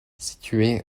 située